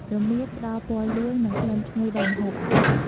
រមៀត ផ្តល់ពណ៌លឿង និងក្លិនឈ្ងុយដល់ម្ហូបអាហារ។